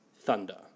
Thunder